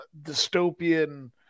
dystopian